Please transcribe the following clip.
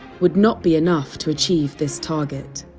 would not be enough to achieve this target